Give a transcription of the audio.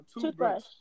Toothbrush